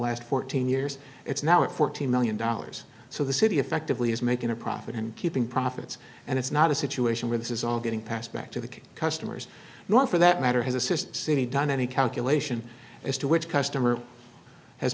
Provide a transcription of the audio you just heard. last fourteen years it's now at fourteen million dollars so the city effectively is making a profit and keeping profits and it's not a situation where this is all getting passed back to the customers not for that matter has a sister city done any calculation as to which customer has